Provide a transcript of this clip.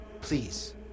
Please